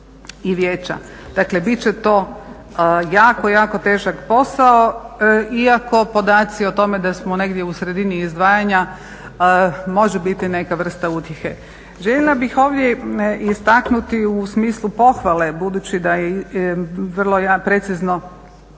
Dakle bit će to jako, jako težak posao, iako podaci o tome da smo negdje u sredini izdvajanja može biti neka vrsta utjehe. Željela bih ovdje istaknuti u smislu pohvale budući da je vrlo precizno